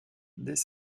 dès